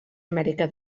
amèrica